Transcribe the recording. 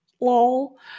Lol